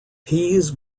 peas